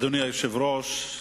אדוני היושב-ראש,